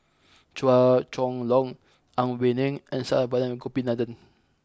Chua Chong Long Ang Wei Neng and Saravanan Gopinathan